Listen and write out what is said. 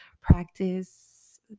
practice